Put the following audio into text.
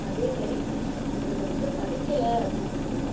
அதே மேரி அவருத வந்து படிக்கல அப்படின்னாலும்